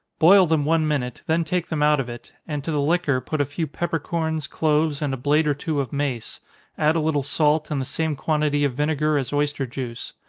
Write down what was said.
boil them one minute, then take them out of it, and to the liquor put a few peppercorns, cloves, and a blade or two of mace add a little salt, and the same quantity of vinegar as oyster juice.